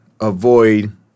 avoid